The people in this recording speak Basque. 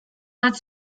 bat